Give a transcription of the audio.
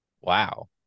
Wow